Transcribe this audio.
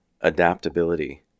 adaptability